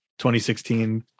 2016